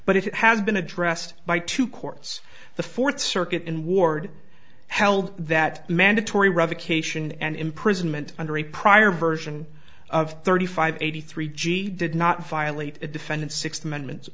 but it has been addressed by two courts the fourth circuit in ward held that mandatory revocation and imprisonment under a prior version of thirty five eighty three g did not violate a defendant sixth amendment